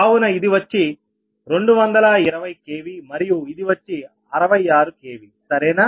కావున ఇది వచ్చి 220 kVమరియు ఇది వచ్చి 66 kVసరేనా